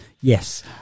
yes